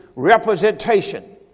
representation